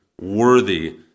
worthy